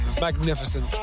magnificent